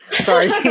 sorry